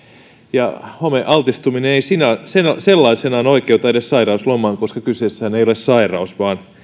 ja homealtistuminen ei sellaisenaan oikeuta edes sairauslomaan koska kyseessähän ei ole sairaus